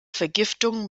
vergiftungen